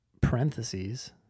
Parentheses